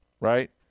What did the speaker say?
right